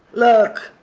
look,